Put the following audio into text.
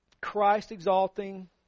Christ-exalting